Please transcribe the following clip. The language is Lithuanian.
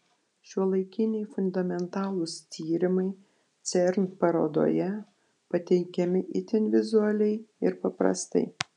šiuolaikiniai fundamentalūs tyrimai cern parodoje pateikiami itin vizualiai ir paprastai